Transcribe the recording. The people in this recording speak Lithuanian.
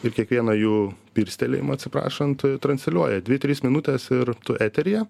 ir kiekvieną jų pirstelėjimą atsiprašant transliuoja dvi tris minutes ir tu eteryje